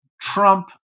Trump